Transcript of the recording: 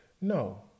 No